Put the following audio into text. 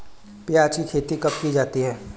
प्याज़ की खेती कब की जाती है?